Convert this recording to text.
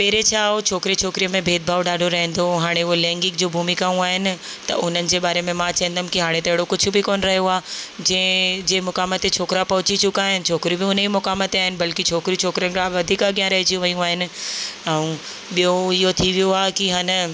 पहिरें छा उहो छोकिरे छोकिरीअ में भेदभाव ॾाढो रहंदो हुओ हाणे उहा लैंगिग जूं भूमिकाऊं आहिनि त उन्हनि जे बारे में मां चईंदमि की हाणे त हेड़ो कुझु बि कोन रहियो आहे जंहिं जें मुक़ाम ते छोकिरा पहुची चुका आहिनि छोकिरी बि हुनजी मुक़ाम ते आहिनि बल्कि छोकिरी छोकिरनि खां वधीक अॻियां रहिजी वियूं आहिनि ऐं ॿियों इहो थी वियो आहे की हा न